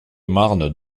marnes